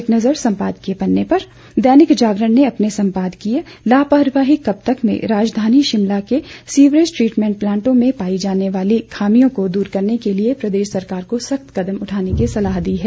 एक नज़र संपादकीय पन्ने पर दैनिक जागरण ने अपने संपादकीय लापरवाही कब तक में राजधानी शिमला के सीवरेज ट्रीटमेंट प्लांटों में पाई जाने वाली खामियों को दूर करने के लिए प्रदेश सरकार को सख्त कदम उठाने की सलाह दी है